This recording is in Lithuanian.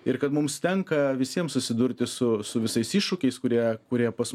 ir kad mums tenka visiem susidurti su su visais iššūkiais kurie kurie pas